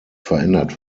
verändert